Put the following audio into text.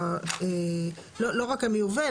לא רק המיובא,